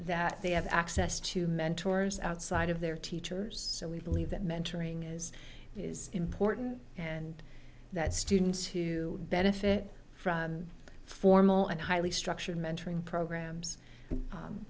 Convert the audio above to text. that they have access to mentors outside of their teachers and we believe that mentoring is important and that students to benefit from formal and highly structured mentoring programs